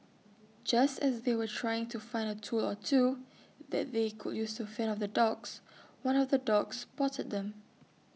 just as they were trying to find A tool or two that they could use to fend off the dogs one of the dogs spotted them